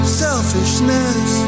selfishness